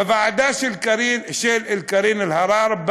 בוועדה של קארין אלהרר,